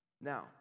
Now